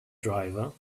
driver